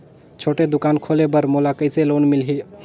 छोटे दुकान खोले बर मोला कइसे लोन मिलही?